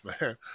man